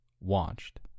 watched